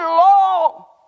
long